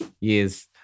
Yes